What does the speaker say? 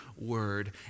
word